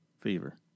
fever